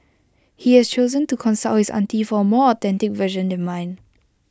he has chosen to consult his auntie for A more authentic version than mine